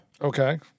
okay